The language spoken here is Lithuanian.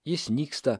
jis nyksta